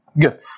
good